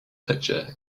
picture